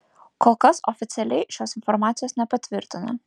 kol kas oficialiai šios informacijos nepatvirtino